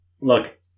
look